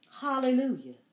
Hallelujah